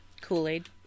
Kool-Aid